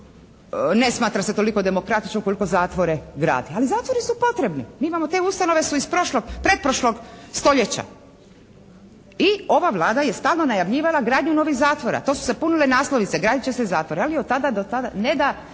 ne smatra se toliko demokratično koliko zatvore gradi, ali zatvori su potrebni. Mi imamo te ustanove su iz pretprošlog stoljeća i ova Vlada je stalno najavljivala gradnju novih zatvora. To su se punile naslovnice gradit će se zatvori, ali od tada do tada ne da